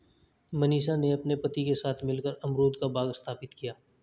मनीषा ने अपने पति के साथ मिलकर अमरूद का बाग स्थापित किया